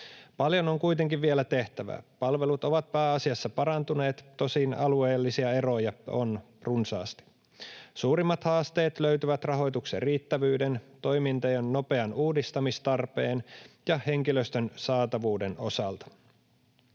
Paljon on kuitenkin vielä tehtävää. Palvelut ovat pääasiassa parantuneet, tosin alueellisia eroja on runsaasti. Suurimmat haasteet löytyvät rahoituksen riittävyyden, toimintojen nopean uudistamistarpeen ja henkilöstön saatavuuden osalta.